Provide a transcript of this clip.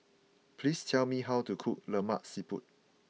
please tell me how to cook Lemak Siput